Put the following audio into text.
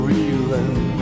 Reeling